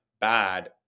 bad